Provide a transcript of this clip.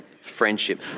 friendship